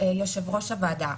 יושב-ראש הוועדה.